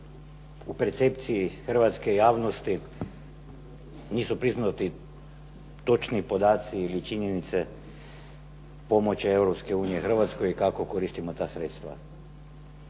u percepciji Hrvatske javnosti nisu priznati točni podaci i činjenice pomoći Europske unije Hrvatskoj i kako koristimo ta sredstva.